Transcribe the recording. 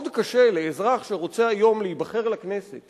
מאוד קשה לאזרח שרוצה היום להיבחר לכנסת